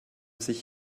sich